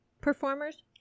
performers